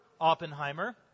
Oppenheimer